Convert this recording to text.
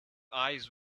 eyes